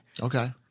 okay